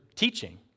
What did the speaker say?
teaching